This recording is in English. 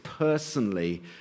Personally